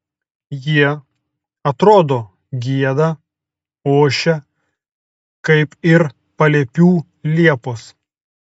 jie atrodo gieda ošia kaip ir paliepių liepos